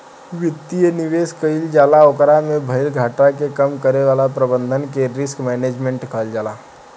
वित्तीय निवेश कईल जाला ओकरा में भईल घाटा के कम करे वाला प्रबंधन के रिस्क मैनजमेंट कहल जाला